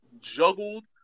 juggled